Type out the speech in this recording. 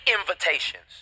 invitations